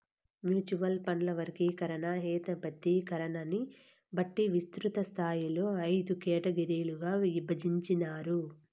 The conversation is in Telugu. మ్యూచువల్ ఫండ్ల వర్గీకరణ, హేతబద్ధీకరణని బట్టి విస్తృతస్థాయిలో అయిదు కేటగిరీలుగా ఇభజించినారు